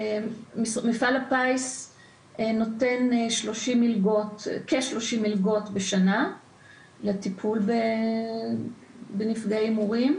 מפעל הפיס נותן כ-30 מלגות בשנה לטיפול בנפגעי הימורים